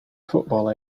football